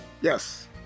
Yes